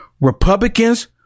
Republicans